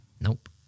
Nope